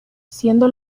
siendo